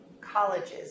college's